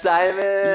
Simon